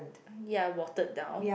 mm ya watered down